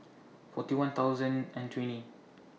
forty one thousand and twenty